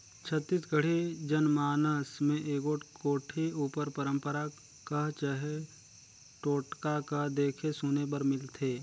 छत्तीसगढ़ी जनमानस मे एगोट कोठी उपर पंरपरा कह चहे टोटका कह देखे सुने बर मिलथे